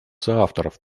соавторов